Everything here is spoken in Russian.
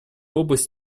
области